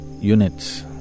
units